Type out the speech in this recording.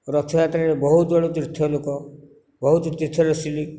ରଥଯାତ୍ରାରେ ବହୁତ ଜଣ ତୀର୍ଥ ଲୋକ ବହୁତ ତୀର୍ଥଦର୍ଶୀ